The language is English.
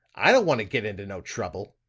i don't want to get into no trouble.